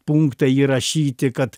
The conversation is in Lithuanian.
punktai įrašyti kad